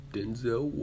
Denzel